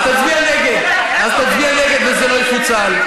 אז תצביע נגד וזה לא יפוצל.